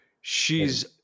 She's-